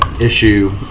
issue